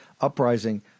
uprising